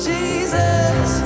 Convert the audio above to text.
Jesus